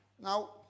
Now